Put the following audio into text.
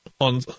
on